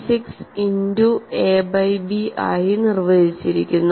6ഇന്റു A by B ആയി നിർവചിച്ചിരിക്കുന്നു